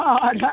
God